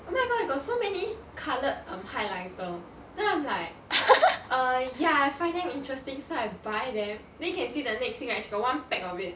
oh my god you got so many coloured um highlighter then I'm like uh ya I find them interesting so I buy them then can see the next week right she got one pack of it